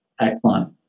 Excellent